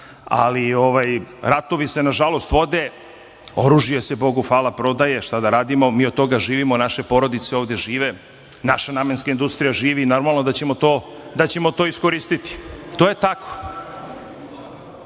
ali ratovi se nažalost vode, oružje se, Bogu hvala, prodaje, šta da radimo, mi od toga živimo, naše porodice ovde žive, naša namenska industrija živi i normalno da ćemo to iskoristiti. To je tako.Zašto